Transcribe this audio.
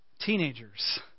Teenagers